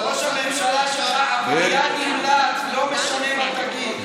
אבל ראש הממשלה שלך עבריין נמלט, לא משנה מה תגיד.